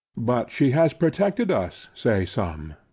but she has protected us, say some.